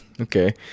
Okay